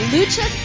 Lucha